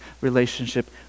relationship